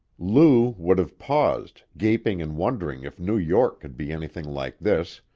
lou would have paused, gaping and wondering if new york could be anything like this,